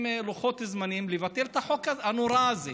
עם לוחות זמנים לבטל את החוק הנורא הזה,